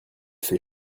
fait